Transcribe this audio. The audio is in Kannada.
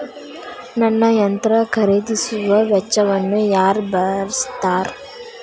ನನ್ನ ಯಂತ್ರ ಖರೇದಿಸುವ ವೆಚ್ಚವನ್ನು ಯಾರ ಭರ್ಸತಾರ್?